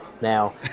now